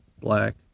black